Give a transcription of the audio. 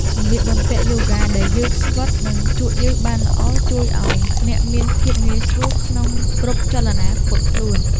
សម្លៀកបំពាក់យូហ្គាដែលយឺតស្វិត និងជក់ញើសបានល្អ ជួយឱ្យអ្នកមានភាពងាយស្រួលក្នុងគ្រប់ចលនាពត់ខ្លួន។